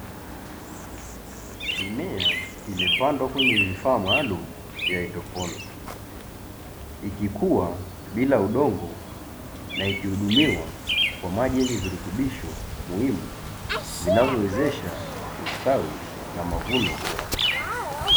Mimea imepandwa kwenye vifaa maalumu vya haidroponi, ikikua bila udongo na ikihudumiwa kwa maji yenye virutubisho muhimu vinavyowezesha ustawi na mavuno bora.